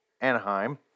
Anaheim